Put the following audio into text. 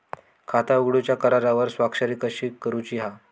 खाता उघडूच्या करारावर स्वाक्षरी कशी करूची हा?